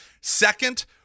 Second